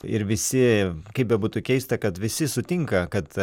ir visi kaip bebūtų keista kad visi sutinka kad